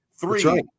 Three